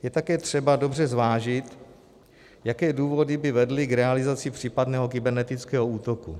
Je také třeba dobře zvážit, jaké důvody by vedly k realizaci případného kybernetického útoku.